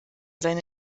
seine